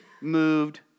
moved